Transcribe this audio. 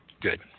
Good